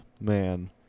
man